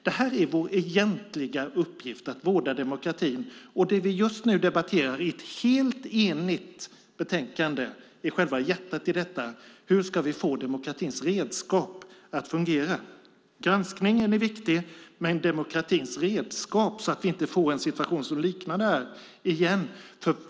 Det här är vår egentliga uppgift: att vårda demokratin. Det vi just nu debatterar i ett helt enigt betänkande är själva hjärtat i detta. Hur ska vi få demokratins redskap att fungera? Granskningen är viktig, men det här handlar om demokratins redskap. Vi får inte få en situation som liknar det här igen.